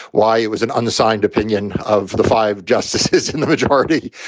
why? it was an unsigned opinion of the five justices in the majority,